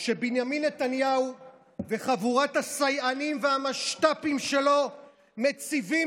שבנימין נתניהו וחבורת הסייענים והמשת"פים שלו מציבים